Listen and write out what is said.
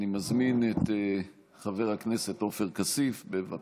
אני מזמין את חבר הכנסת עופר כסיף, בבקשה.